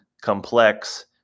complex